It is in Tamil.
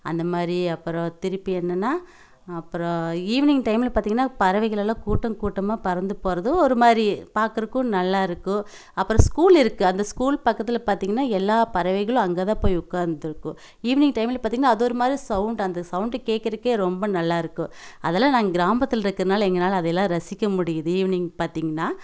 அந்த மாதிரி அப்பறம் திருப்பி என்னன்னால் அப்பறம் ஈவினிங் டைமில் பார்த்தீங்கன்னா பறவைகள் எல்லாம் கூட்டங்கூட்டமாக பறந்து போகிறது ஒரு மாதிரி பார்க்கறக்கும் நல்லா இருக்கும் அப்பறம் ஸ்கூல் இருக்குது அந்த ஸ்கூல் பக்கத்தில் பார்த்தீங்கன்னா எல்லாப் பறவைகளும் அங்கே தான் போய் உக்காந்துருக்கும் ஈவினிங் டைமில் பார்த்தீங்கன்னா அது ஒரு மாதிரி சவுண்டு அந்த சவுண்டை கேட்கறக்கே ரொம்ப நல்லாயிருக்கும் அதலாம் நாங்கள் கிராம்பத்தில்ருக்கனால் எங்களால அதை எல்லாம் ரசிக்க முடியுது ஈவினிங் பார்த்தீங்கன்னா